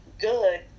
good